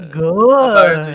good